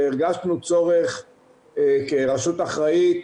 הרגשנו צורך כרשות אחראית